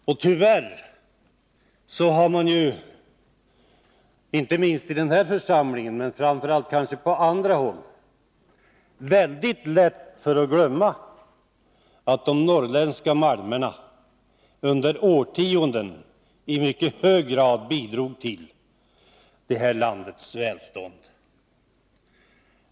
Och tyvärr har man ju inte minst i den här församlingen, men kanske framför allt på andra håll, väldigt lätt för att glömma att de norrländska malmerna under årtionden i mycket hög grad bidrog till det här landets välstånd.